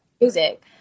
music